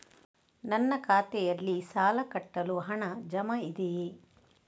ನನ್ನ ಖಾತೆಯಲ್ಲಿ ಸಾಲ ಕಟ್ಟಲು ಹಣ ಜಮಾ ಇದೆಯೇ?